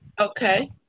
Okay